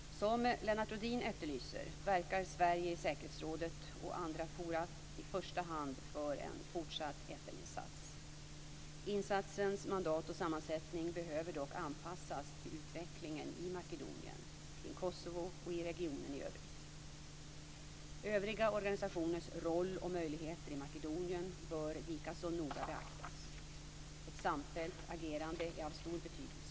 Som Lennart Rohdin efterlyser verkar Sverige i säkerhetsrådet och andra forum i första hand för en fortsatt FN-insats. Insatsens mandat och sammansättning behöver dock anpassas till utvecklingen i Makedonien, kring Kosovo och i regionen i övrigt. Övriga organisationers roll och möjligheter i Makedonien bör likaså noga beaktas. Ett samfällt agerande är av stor betydelse.